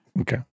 okay